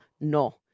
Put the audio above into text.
no